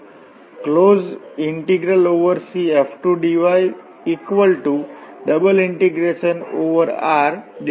તો આ closed integral curve integral F⋅dr area integral બરાબર છે અને આ એરિયા એ બીજું કઈ નહીં પણ આ કર્વ C દ્વારા બંધ આ એરિયા R છે